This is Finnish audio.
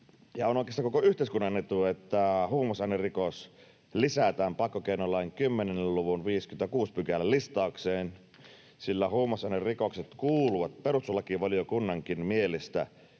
on oikeastaan koko yhteiskunnan etu, että huumausainerikos lisätään pakkokeinolain 10 luvun 56 §:n listaukseen, sillä huumausainerikokset kuuluvat perustuslakivaliokunnankin mielestä